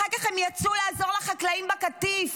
אחר כך הם יצאו לעזור לחקלאים בקטיף,